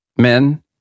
men